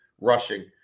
rushing